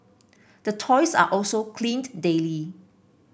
the toys are also cleaned daily